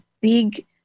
big